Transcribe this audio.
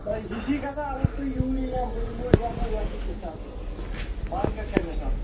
نَیہِ ہِشی کَتھاہ اگر تُہۍ یوٗرۍ یی ہَم بہٕ یِمہٕ ہٲے یتھ حظ یتھ مارکیٹ کَتہِ نَس حِساب